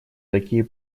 такие